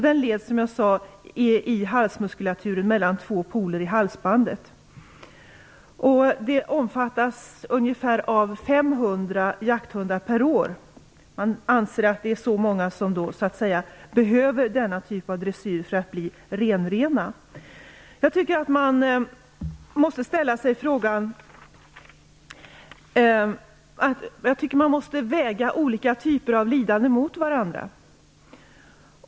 Den leds, som jag sade, genom halsmuskulaturen mellan två poler i halsbandet. Ungefär 500 jakthundar per år omfattas. Man anser att det är så många jakthundar som behöver denna typ av dressyr för att bli renrena. Jag tycker att man måste väga olika typer av lidanden mot varandra.